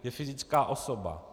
Je fyzická osoba.